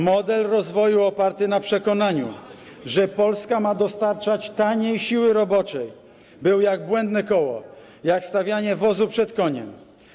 Model rozwoju oparty na przekonaniu, że Polska ma dostarczać taniej siły roboczej, był jak błędne koło, jak stawiane wozu przed koniem.